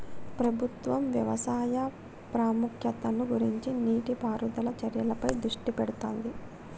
ప్రభుత్వం వ్యవసాయ ప్రాముఖ్యతను గుర్తించి నీటి పారుదల చర్యలపై దృష్టి పెడుతాంది